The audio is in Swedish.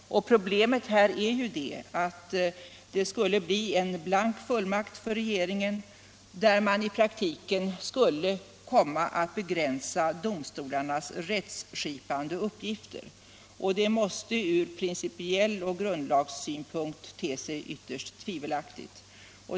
Problemet här är att det skulle bli en blank fullmakt för regeringen, där man i praktiken skulle komma att begränsa domstolarnas rättsskipande uppgifter. Det måste från principiell synpunkt och från grundlagssynpunkt te sig ytterst tvivelaktigt.